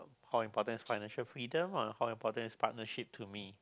how important is financial freedom or how important is partnership to me